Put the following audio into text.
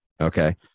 okay